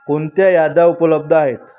कोणत्या याद्या उपलब्ध आहेत